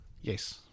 Yes